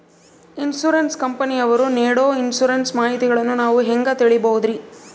Insurance ಕಂಪನಿಯವರು ನೇಡೊ insurance ಮಾಹಿತಿಗಳನ್ನು ನಾವು ಹೆಂಗ ತಿಳಿಬಹುದ್ರಿ?